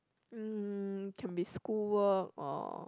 mm can be school work or